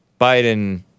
Biden